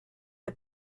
the